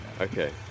Okay